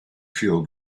feel